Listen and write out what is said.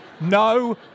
No